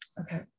Okay